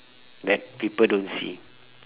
that people don't see